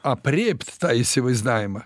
aprėpt tą įsivaizdavimą